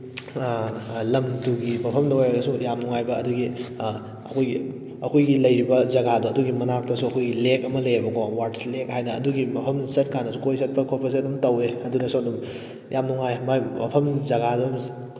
ꯂꯝ ꯇꯨꯒꯤ ꯃꯐꯝꯗ ꯑꯣꯏꯔꯒꯁꯨ ꯌꯥꯝ ꯅꯨꯡꯉꯥꯏꯕ ꯑꯗꯨꯗꯒꯤ ꯑꯩꯈꯣꯏꯒꯤ ꯑꯩꯈꯣꯏꯒꯤ ꯂꯩꯔꯤꯕ ꯖꯒꯥꯗꯣ ꯑꯗꯨꯒꯤ ꯅꯥꯛꯇꯁꯨ ꯑꯩꯈꯣꯏꯒꯤ ꯂꯦꯛ ꯑꯃ ꯂꯩꯌꯦꯕꯀꯣ ꯋꯥꯔꯠꯁ ꯂꯦꯛ ꯍꯥꯏꯅ ꯑꯗꯨꯒꯤ ꯃꯐꯝꯗ ꯆꯠꯄꯀꯥꯟꯗꯁꯨ ꯀꯣꯏꯕ ꯆꯠꯄ ꯈꯣꯠꯄꯁꯦ ꯑꯗꯨꯝ ꯇꯧꯏ ꯑꯗꯨꯅꯁꯨ ꯑꯗꯨꯝ ꯌꯥꯝ ꯅꯨꯡꯉꯥꯏ ꯃꯥꯒꯤ ꯃꯐꯝ ꯖꯒꯥꯗꯣ